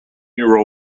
year